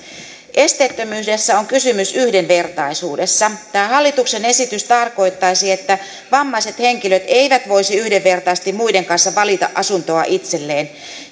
esteettömyydessä on kysymys yhdenvertaisuudesta tämä hallituksen esitys tarkoittaisi että vammaiset henkilöt eivät voisi yhdenvertaisesti muiden kanssa valita asuntoa itselleen